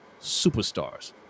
superstars